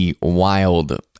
wild